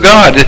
God